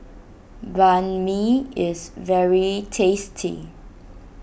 Banh Mi is very tasty